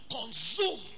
consume